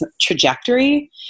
trajectory